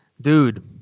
dude